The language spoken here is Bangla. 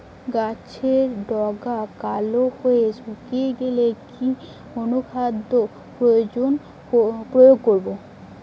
গাছের ডগা কালো হয়ে শুকিয়ে গেলে কি অনুখাদ্য প্রয়োগ করব?